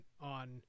on